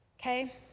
Okay